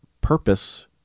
purpose